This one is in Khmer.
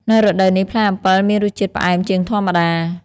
នៅរដូវនេះ ផ្លែអំពិលមានរសជាតិផ្អែមជាងធម្មតា។